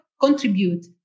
contribute